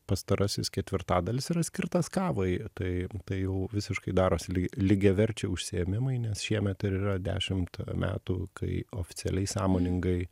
pastarasis ketvirtadalis yra skirtas kavai tai tai jau visiškai darosi lygiaverčiai užsiėmimai nes šiemet ir yra dešimt metų kai oficialiai sąmoningai